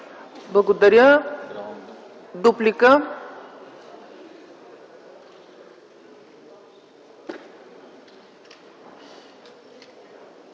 Благодаря. Дуплика.